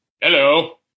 Hello